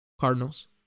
Cardinals